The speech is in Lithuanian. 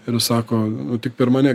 ir sako tik per mane